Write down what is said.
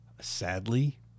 Sadly